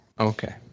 okay